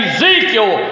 Ezekiel